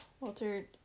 Walter